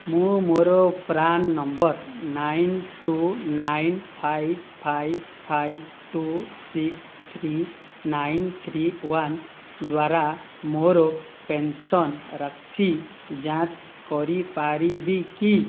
ମୁଁ ମୋର PRAN number ନଅ ଦୁଇ ନଅ ପାଞ୍ଚ ପାଞ୍ଚ ପାଞ୍ଚ ଦୁଇ ଛଅ ତିନି ନଅ ତିନି ଏକ ଦ୍ଵାରା ମୋର ପେନ୍ସନ୍ ରାଶି ଯାଞ୍ଚ କରିପାରିବି କି